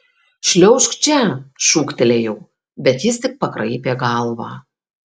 šliaužk čia šūktelėjau bet jis tik pakraipė galvą